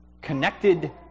Connected